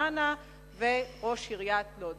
ברעננה וראש עיריית לוד,